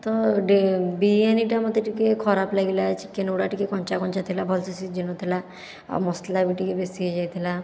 ତ ବିରିୟାନୀଟା ମୋତେ ଟିକେ ଖରାପ ଲାଗିଲା ଚିକେନ ଗୁଡ଼ା ଟିକେ କଞ୍ଚା କଞ୍ଚା ଥିଲା ଭଲ ସେ ସିଝିନଥିଲା ଆଉ ମସଲା ବି ଟିକେ ବେଶି ହୋଇ ଯାଇଥିଲା